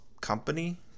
company